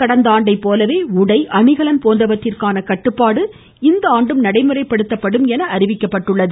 கடந்த ஆண்டைப் போலவே உடை அணிகலன் போன்றவற்றிற்கான கட்டுப்பாடு இந்த ஆண்டும் நடைமுறைப்படுத்தப்படும் என அறிவிக்கப்பட்டுள்ளது